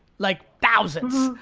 like thousands,